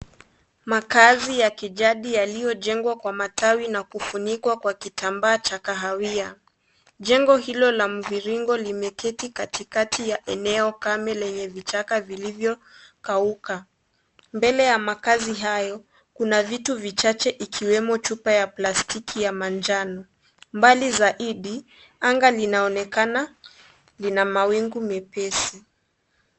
Makaazi ya kijadi yaliyojengwa kwa matawi na kufunikwa kwa kitambaa cha kahawia. Jengo hilo la muviringo limeketi katikati ya eneo kame wenye vichaka vilivyokauka. Mbele ya makazi hayo kuna vitu vichache ikiwemo chupa ya plastiki ya manjano. Mbali zaidi anga linaonekana lina mawingu mepesi.